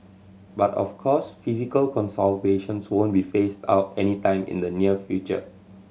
but of course physical consultations won't be phased out anytime in the near future